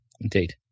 Indeed